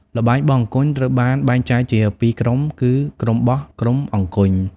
ល្បែងបោះអង្គញ់ត្រូវបានបែងចែកជាពីរក្រុមគឺ ក្រុមបោះ ក្រុមអង្គញ់ ។